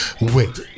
Wait